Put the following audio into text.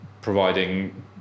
providing